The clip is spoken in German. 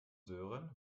sören